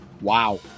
Wow